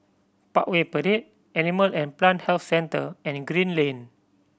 Parkway Parade Animal and Plant Health Centre and Green Lane